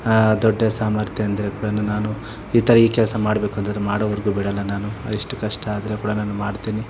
ದೊಡ್ಡ ಸಾಮರ್ಥ್ಯ ಅಂದರೆ ಕೂಡ ನಾನು ಈ ಥರ ಈ ಕೆಲಸ ಮಾಡ್ಬೇಕೆಂದರೆ ಮಾಡೋವರೆಗೂ ಬಿಡಲ್ಲ ನಾನು ಅದೆಷ್ಟು ಕಷ್ಟ ಆದರೂ ಕೂಡ ನಾನು ಮಾಡ್ತೀನಿ